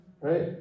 right